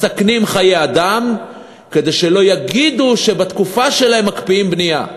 מסכנים חיי אדם כדי שלא יגידו שבתקופה שלהם מסכנים בנייה.